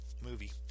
movie